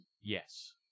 Yes